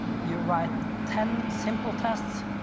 you write ten simple tests.